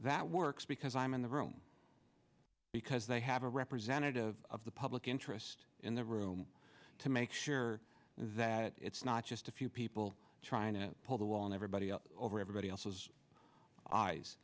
that works because i'm in the room because they have a representative of the public interest in the room to make sure that it's not just a few people trying to pull the wool and everybody else over everybody else's eyes